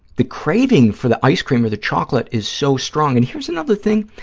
the craving for the ice cream or the chocolate is so strong, and here's another thing.